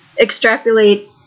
extrapolate